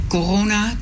Corona